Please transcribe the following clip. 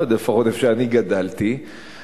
לפחות איפה שאני גדלתי,